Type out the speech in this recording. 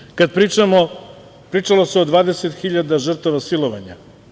Isto tako, kada pričamo, pričalo se o 20.000 žrtava silovanja.